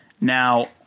now